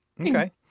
okay